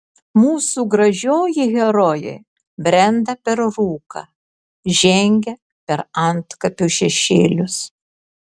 mūsų gražioji herojė brenda per rūką žengia per antkapių šešėlius